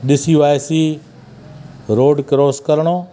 ॾिसी वाइसी road cross करिणो